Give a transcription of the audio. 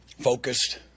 focused